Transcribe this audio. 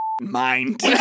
mind